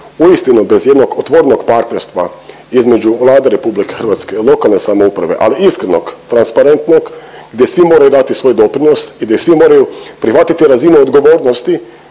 Uistinu, bez jednog otvorenog partnerstva između Vlade RH i lokalne samouprave, ali iskrenog, transparentnog, gdje svi moraju dati svoj doprinos i gdje svi moraju prihvatiti razinu odgovornosti,